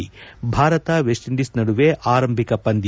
ಹ ಭಾರತ ವೆಸ್ಟ್ಇಂಡೀಸ್ ನಡುವೆ ಆರಂಭಿಕ ಪಂದ್ಯ